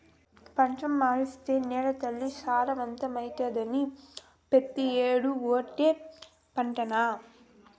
పంట మార్సేత్తే నేలతల్లి సారవంతమైతాది, పెతీ ఏడూ ఓటే పంటనా